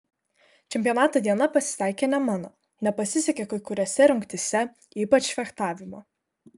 čempionato diena pasitaikė ne mano nepasisekė kai kuriose rungtyse ypač fechtavimo